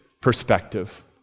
perspective